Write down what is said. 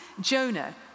Jonah